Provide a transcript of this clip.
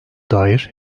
dair